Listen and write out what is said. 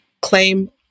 claim